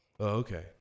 Okay